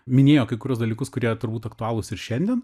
minėjo kai kuriuos dalykus kurie turbūt aktualūs ir šiandien